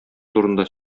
турында